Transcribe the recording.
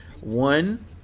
one